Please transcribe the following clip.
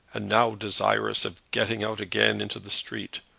and now desirous of getting out again into the street,